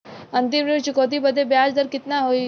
अंतिम ऋण चुकौती बदे ब्याज दर कितना होई?